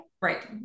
Right